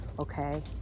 okay